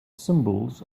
symbols